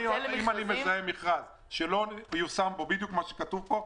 אם אני מזהה מכרז שלא מיושם בו בדיוק מה שכתוב פה,